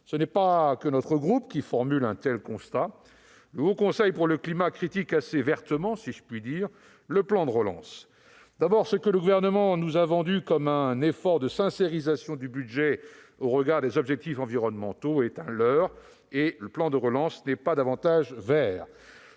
n'est pas le seul à formuler un tel constat : le Haut Conseil pour le climat critique le plan de relance assez vertement, si je puis dire. D'abord, ce que le Gouvernement nous a vendu comme un effort de sincérisation du budget au regard des objectifs environnementaux est un leurre et le plan de relance n'est pas davantage « vert